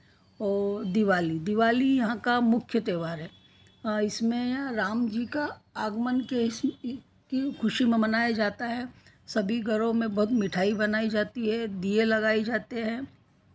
और दिवाली दिवाली यहाँ का मुख्य त्योहार है इसमें राम जी का आगमन के की खुशी में मनाया जाता है सभी घरों में बहुत मिठाई बनाई जाती है दिये लगाए जाते हैं